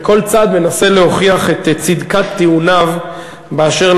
וכל צד מנסה להוכיח את צדקת טיעוניו באשר